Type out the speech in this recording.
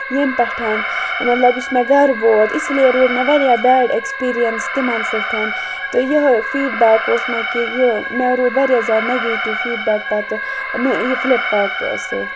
ییٚمہِ پٮ۪ٹھ مطلب یُس مےٚ گرٕ ووت اس لیے روٗد مےٚ واریاہ بیڑ ایٚکٕسپِرینٕس تِمن سۭتۍ تہٕ یِہوے فیٖڈبیک اوس مےٚ کہِ یہِ مےٚ روٗد واریاہ زیادٕ نگیٹِو فیڈبیک پَتہٕ فِلِپ کاٹ سۭتۍ